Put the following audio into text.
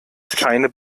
keine